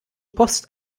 post